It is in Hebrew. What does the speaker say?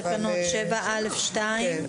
7(א)(2),